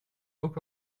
ook